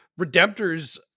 Redemptors